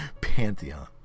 pantheon